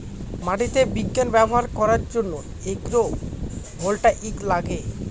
মাটিতে বিজ্ঞান ব্যবহার করার জন্য এগ্রো ভোল্টাইক লাগে